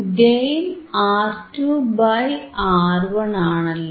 gain R2 by R1 ആണല്ലോ